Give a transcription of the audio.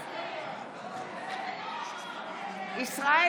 בהצבעה ישראל